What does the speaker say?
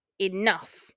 Enough